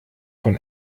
von